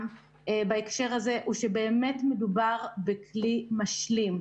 בהקשר הזה הוא שבאמת מדובר בכלי משלים.